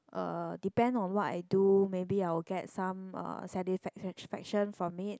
uh depend on what I do maybe I will get some uh satisfaction from it